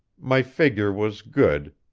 my figure was good,